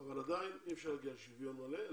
אבל עדיין אי אפשר להגיע לשוויון מלא.